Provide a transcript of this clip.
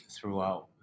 throughout